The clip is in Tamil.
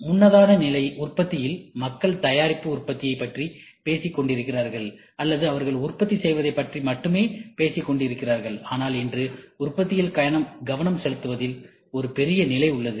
முன்னதாக உற்பத்தியில் மக்கள் தயாரிப்பு உற்பத்தியைப் பற்றி பேசிக் கொண்டிருந்தார்கள் அல்லது அவர்கள் உற்பத்தி செய்வதைப் பற்றி மட்டுமே பேசிக் கொண்டிருந்தார்கள் ஆனால் இன்று உற்பத்தியில் கவனம் செலுத்துவதில் ஒரு பெரிய நிலை உள்ளது